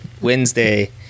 Wednesday